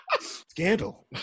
Scandal